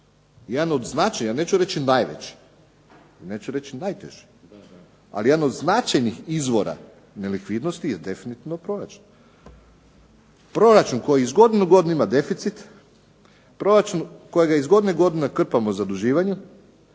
jedan od značaja, neću reći najveći, neću reći najteži, ali jedan od značajnih izvora nelikvidnosti je definitivno proračun. Proračun koji iz godine u godinu ima deficit, proračun kojega iz godine u godinu krpamo zaduživanjem,